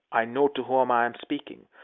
i know to whom i am speaking.